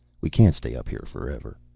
we can't stay up here forever.